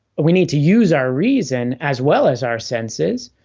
we need to use our reason as well as our senses,